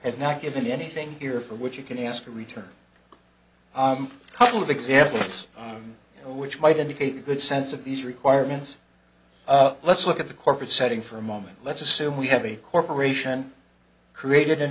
has not given anything here for which you can ask to return a couple of examples which might indicate a good sense of these requirements let's look at the corporate setting for a moment let's assume we have a corporation created